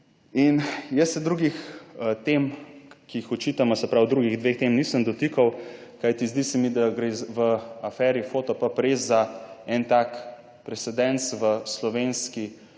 In, jaz se drugih tem, ki jih očitamo, se pravi drugih dveh tem, nisem dotikal, kajti zdi se mi, da gre v aferi Fotopub res za en tak precedens v slovenski